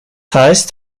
heißt